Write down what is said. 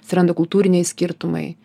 atsiranda kultūriniai skirtumai